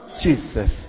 Jesus